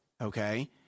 Okay